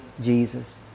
Jesus